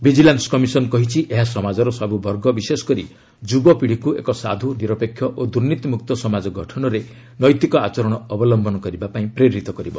vigilance commission କହିଛି ଏହା ସମାଜର ସବୁ ବର୍ଗ ବିଶେଷକରି ଯୁବପିଢ଼ିକୁ ଏକ ସାଧୁ ନିରପେକ୍ଷ ଓ ଦୂର୍ନୀତିମୁକ୍ତ ସମାଜ ଗଠନରେ ନୈତିକ ଆଚରଣ ଅବଲମ୍ୟନ କରିବାପାଇଁ ପ୍ରେରିତ କରିବ